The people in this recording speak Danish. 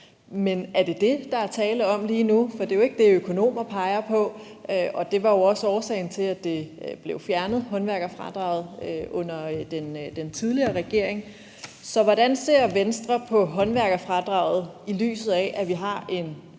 men er det det, der er tale om lige nu? For det er jo ikke det, økonomer peger på, og det var jo også årsagen til, at håndværkerfradraget blev fjernet under den tidligere regering. Så hvordan ser Venstre på håndværkerfradraget, i lyset af at vi har en